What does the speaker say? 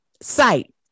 Sight